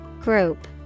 Group